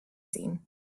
seen